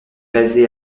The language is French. basé